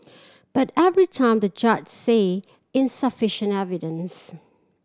but every time the judge say insufficient evidence